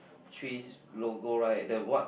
three logos right the what